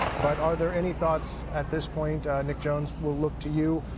but are there any thoughts at this point, nick jones we'll look to you,